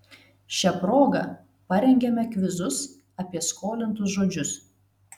šia proga parengėme kvizus apie skolintus žodžius